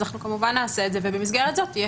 אנחנו כמובן נעשה זאת ובמסגרת זאת תהיה